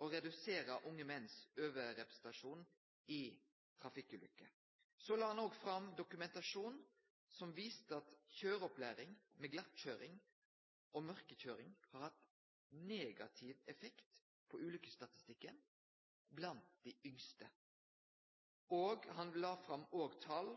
å redusere unge menn sin overrepresentasjon i trafikkulykker. Så la han fram dokumentasjon som viste at kjøreopplæring med glattkjøring og mørkekjøring har hatt negativ effekt på ulykkesstatistikken blant dei yngste. Han la òg fram